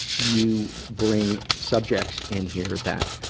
you bring subjects in here that,